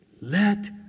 let